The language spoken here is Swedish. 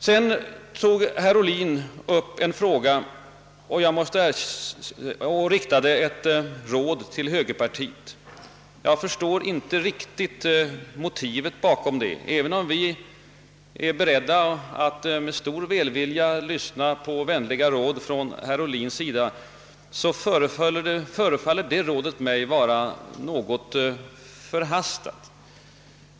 Herr Ohlin riktade ett råd till högerpartiet. Jag förstår inte riktigt motivet bakom det. även om vi är beredda att med stor välvilja lyssna på vänliga an visningar från herr Ohlin, förefaller rådgivningen denna gång vara något förhastad.